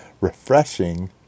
refreshing